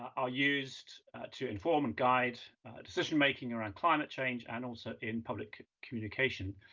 are used to inform and guide decision making around climate change and also in public communication.